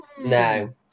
No